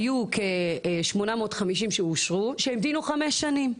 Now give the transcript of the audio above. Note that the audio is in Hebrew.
היו כ-850 שאושרו שהמתינו חמש שנים.